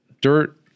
Dirt